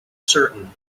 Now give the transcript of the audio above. certain